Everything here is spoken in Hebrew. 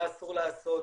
מה אסור לעשות,